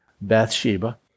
Bathsheba